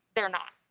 they're not.